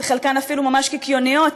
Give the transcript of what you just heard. חלקן אפילו ממש קיקיוניות,